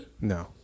No